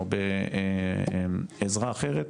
או בעזרה אחרת.